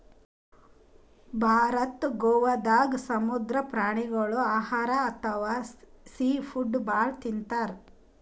ಭಾರತದ್ ಗೋವಾದಾಗ್ ಸಮುದ್ರ ಪ್ರಾಣಿಗೋಳ್ ಆಹಾರ್ ಅಥವಾ ಸೀ ಫುಡ್ ಭಾಳ್ ತಿಂತಾರ್